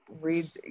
read